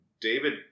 David